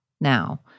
now